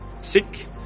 sick